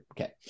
Okay